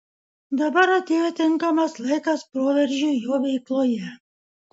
dabar atėjo tinkamas laikas proveržiui jo veikloje